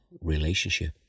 relationship